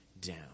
down